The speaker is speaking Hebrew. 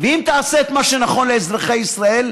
ואם תעשה את מה שנכון לאזרחי ישראל,